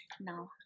Now